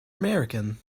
american